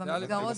בוודאי.